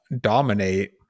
dominate